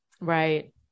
Right